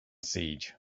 siege